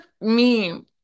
meme